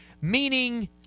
Meaning